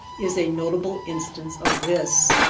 is a notable instance of this.